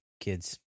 kids